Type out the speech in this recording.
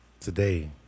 Today